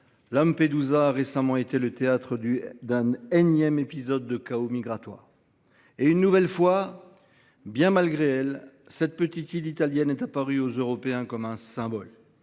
Lampedusa a récemment été le théâtre d’un énième épisode de chaos migratoire. Une nouvelle fois, bien malgré elle, cette petite île italienne est apparue aux Européens comme un symbole